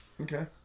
Okay